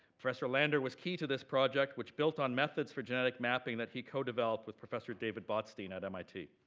professor lander was key to this project, which built on methods for genetic mapping that he co-developed with professor david botstein at mit.